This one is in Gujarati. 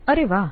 અરે વાહ